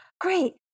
great